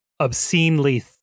obscenely